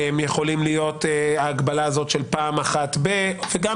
יכולה להיות ההגבלה של פעם אחת בכך וכך,